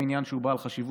איך הצבעתם אז?